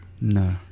No